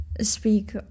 speak